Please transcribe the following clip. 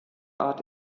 art